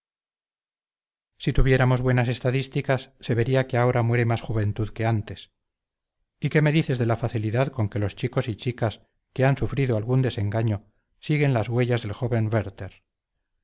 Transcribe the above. si tuviéramos buenas estadísticas se vería que ahora muere más juventud que antes y qué me dices de la facilidad con que los chicos y chicas que han sufrido algún desengaño siguen las huellas del joven werther